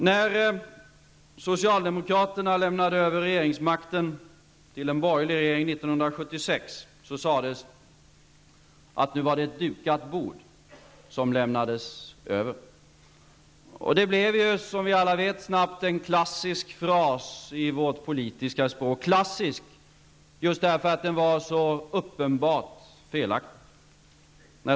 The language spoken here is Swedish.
När socialdemokraterna lämnade över regeringsmakten till en borgerlig regering 1976 sades det att det var ett dukat bord som lämnades över. Det blev ju, som vi alla vet, snabbt en klassisk fras i vårt politiska språk -- klassisk just därför att den var så uppenbart felaktig.